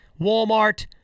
Walmart